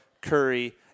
Curry